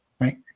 Right